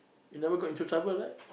you never got into trouble right